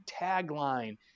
tagline